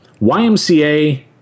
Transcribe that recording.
YMCA